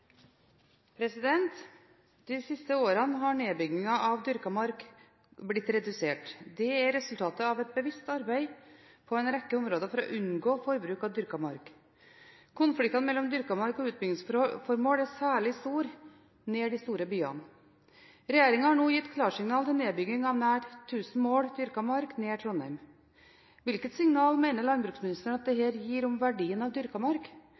siste årene har nedbyggingen av dyrket mark gått ned. Dette er resultat av et bevisst arbeid på en rekke områder for å unngå forbruk av dyrket mark. Konfliktene mellom dyrket mark og utbyggingsformål er særlig stor nær de store byene. Regjeringen har nå gitt klarsignal til nedbygging av nær 1 000 mål dyrket mark nær Trondheim. Hvilket signal mener statsråden at dette gir om verdien av dyrket mark,